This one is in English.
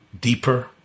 deeper